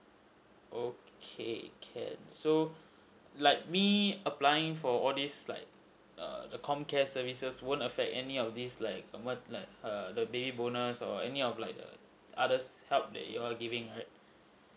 okay can so like me applying for all this like a the comcare services won't affect any of this like a materni~ err the baby bonus or any of like err others help that you're giving right